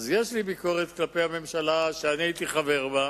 אז יש לי ביקורת כלפי הממשלה שאני הייתי חבר בה,